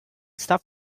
stuff